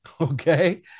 okay